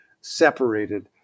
separated